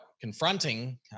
confronting